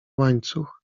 łańcuch